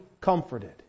comforted